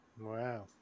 Wow